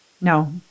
No